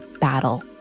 battle